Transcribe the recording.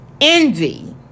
envy